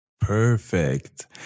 Perfect